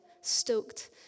stoked